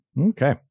Okay